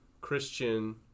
Christian